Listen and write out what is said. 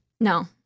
No